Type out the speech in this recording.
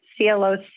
CLOC